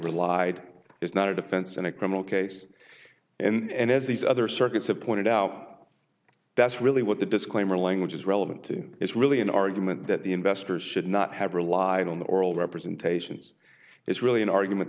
relied is not a defense in a criminal case and as these other circuits have pointed out that's really what the disclaimer language is relevant to is really an argument that the investors should not have relied on the oral representations is really an argument